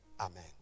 Amen